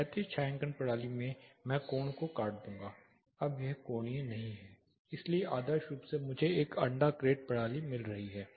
क्षैतिज छायांकन प्रणाली मे मैं कोण को काट दूंगा यह अब कोणीय नहीं है इसलिए आदर्श रूप से मुझे एक अंडा क्रेट प्रणाली मिल रही है